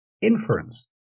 inference